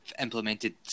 implemented